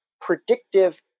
predictive